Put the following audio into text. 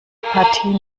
partie